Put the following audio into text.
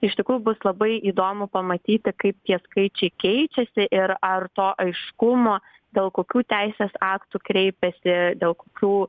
iš tikrų bus labai įdomu pamatyti kaip tie skaičiai keičiasi ir ar to aiškumo dėl kokių teisės aktų kreipiasi dėl kokių